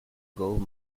gold